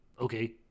Okay